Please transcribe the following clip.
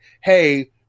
hey